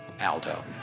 Aldo